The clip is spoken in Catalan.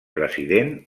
president